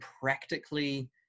practically